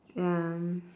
ya